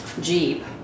Jeep